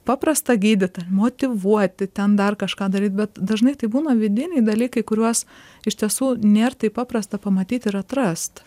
paprasta gydyti motyvuoti ten dar kažką daryt bet dažnai tai būna vidiniai dalykai kuriuos iš tiesų nėr taip paprasta pamatyt ir atrast